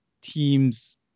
teams